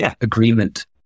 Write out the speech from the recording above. agreement